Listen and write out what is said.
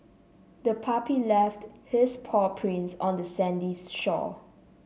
the puppy left his paw prints on the sandy shore